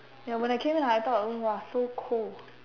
ya when I came here I thought !wah! so cold